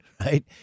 right